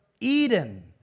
eden